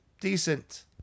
Decent